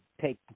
take